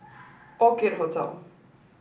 orchid Hotel